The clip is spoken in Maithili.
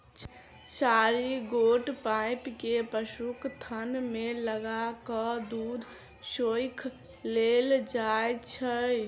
चारि गोट पाइप के पशुक थन मे लगा क दूध सोइख लेल जाइत छै